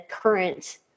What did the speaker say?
current